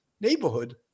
neighborhood